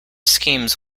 schemes